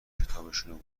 کتابشونو